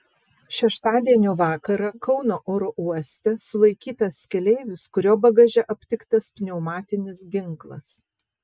šeštadienio vakarą kauno oro uoste sulaikytas keleivis kurio bagaže aptiktas pneumatinis ginklas